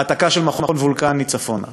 העתקה של מכון וולקני צפונה.